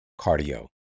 cardio